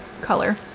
color